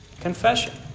Confession